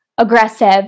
Aggressive